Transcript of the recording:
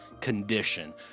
condition